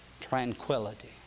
Tranquility